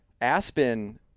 Aspen